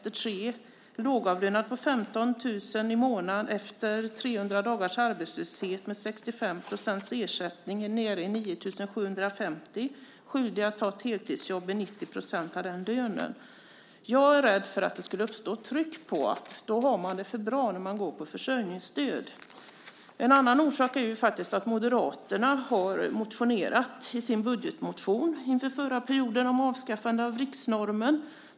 En lågavlönad med 15 000 kr i månaden är efter 300 dagars arbetslöshet med 65 % ersättning nere i 9 750 kr och är då skyldig att ta ett heltidsjobb med 90 % av den lönen. Jag är rädd att det då skulle uppstå ett tryck: Då har man det för bra när man går på försörjningsstöd. En annan orsak är att Moderaterna faktiskt har motionerat, i sin budgetmotion inför förra perioden, om avskaffande av riksnormen.